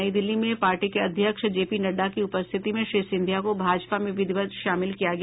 नई दिल्ली में पार्टी के अध्यक्ष जे पी नड्डा की उपस्थिति में श्री सिंधिया को भाजपा में विधिवत शामिल किया गया